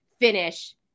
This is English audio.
finish